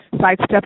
sidestep